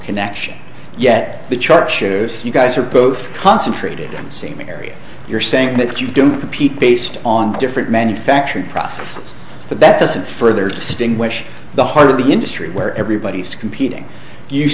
connection yet the chart shows you guys are both concentrated in the same area you're saying that you don't compete based on different manufacturing processes but that doesn't further distinguish the heart of the industry where everybody's competing you